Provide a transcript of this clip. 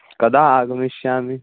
कदा आगमिष्यामि